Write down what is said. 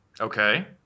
Okay